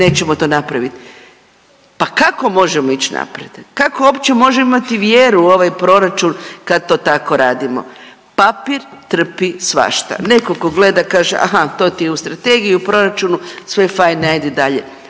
nećemo to napraviti. Pa kako možemo ići naprijed? Kako uopće možemo imati vjeru u ovaj Proračun kad to tako radimo. Papir trpi svašta. Netko tko gleda, kaže, aha, to ti je u strategiji, proračunu, sve fine, ajde dalje.